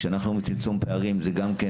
וכשאנחנו אומרים צמצום פערים זה גם כן